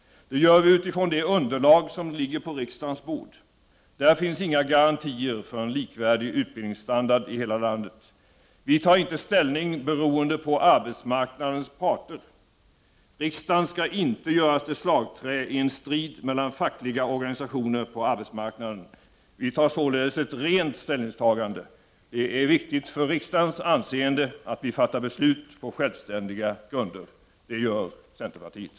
Det gör vi utifrån det underlag som ligger på riksdagens bord. Där finns inga garantier för en likvärdig utbildningsstandard i hela landet. Vi tar inte ställning beroende på arbetsmarknadens parter. Riksdagen skall inte göras till slagträ i en strid mellan fackliga organisationer på arbetsmarknaden. Vi gör så att säga ett rent ställningstagande. Det är viktigt för riksdagens anseende att vi fattar beslut på självständiga grunder. Det gör centerpartiet!